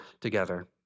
together